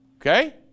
Okay